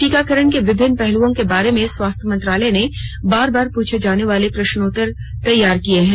टीकाकरण के विभिन्न पहलुओं के बारे में स्वास्थ मंत्रालय ने बार बार पूछे जाने वाले प्रश्नोत्तर तैयार किये हैं